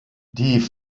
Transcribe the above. die